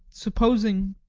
supposing